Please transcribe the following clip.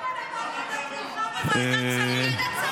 אז למה נתתם לה תמיכה בוועדת שרים?